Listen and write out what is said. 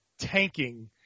tanking